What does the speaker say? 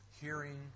hearing